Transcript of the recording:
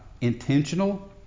intentional